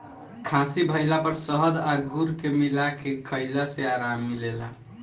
खासी भइला पर शहद आ गुड़ के मिला के खईला से आराम मिलेला